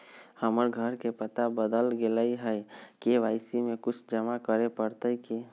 हमर घर के पता बदल गेलई हई, के.वाई.सी में कुछ जमा करे पड़तई की?